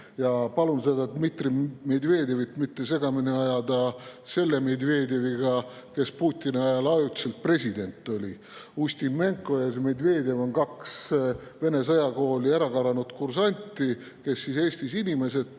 Palun seda Dmitri Medvedevit mitte segamini ajada selle Medvedeviga, kes Putini ajal ajutiselt president oli. Ustimenko ja Medvedev olid kaks Vene sõjakoolist ärakaranud kursanti, kes Eestis inimesi